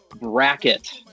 bracket